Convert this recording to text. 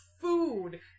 food